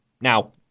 Now